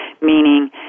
meaning